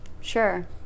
Sure